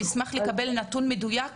אני אשמח לקבל נתון מדויק,